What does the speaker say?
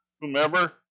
whomever